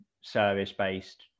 service-based